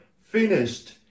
finished